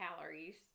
calories